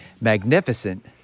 magnificent